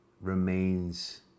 remains